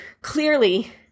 clearly